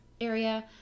area